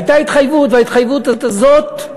הייתה התחייבות, וההתחייבות הזאת,